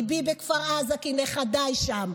ליבי בכפר עזה כי נכדיי שם,